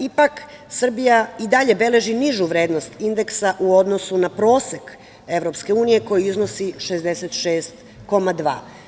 Ipak, Srbija i dalje beleži nižu vrednost indeksa u odnosu na prosek Evropske unije, koji iznosi 66,2.